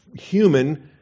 human